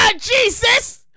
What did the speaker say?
Jesus